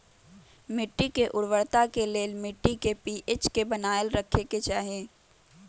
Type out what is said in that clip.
मिट्टी के उर्वरता के लेल मिट्टी के पी.एच के बनाएल रखे के चाहि